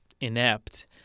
inept